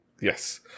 yes